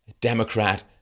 Democrat